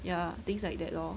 ya things like that lor